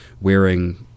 wearing